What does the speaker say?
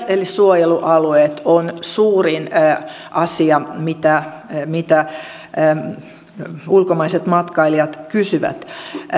eli suojelualueet on suurin asia mitä mitä ulkomaiset matkailijat kysyvät